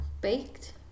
Baked